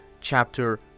Chapter